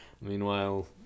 meanwhile